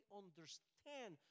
understand